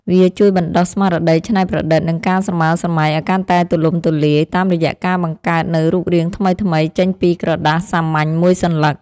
វាជួយបណ្ដុះស្មារតីច្នៃប្រឌិត និងការស្រមើស្រមៃឱ្យកាន់តែទូលំទូលាយ តាមរយៈការបង្កើតនូវរូបរាងថ្មីៗចេញពីក្រដាសសាមញ្ញមួយសន្លឹក។